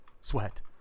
sweat